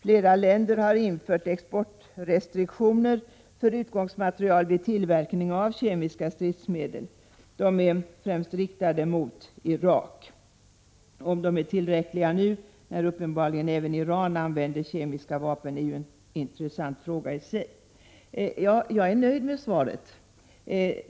Flera länder har infört exportrestriktioner för utgångsmaterial vid tillverkning av kemiska stridsmedel. De är främst riktade mot Irak. Om de är tillräckliga nu, när uppenbarligen även Iran använder kemiska vapen, är ju en intressant fråga i sig. Jag är nöjd med svaret.